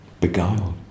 beguiled